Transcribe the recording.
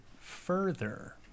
further